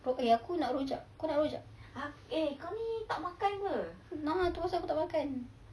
kau perli aku nak rojak kau nak rojak a'ah tu pasal aku tak makan